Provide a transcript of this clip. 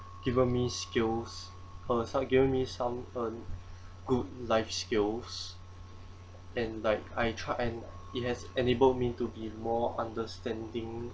given me skills uh som~ given me some um good life skills and like I try and it has enabled me to be more understanding